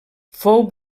fou